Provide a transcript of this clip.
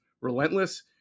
relentless